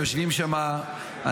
יושבים שם אנשים,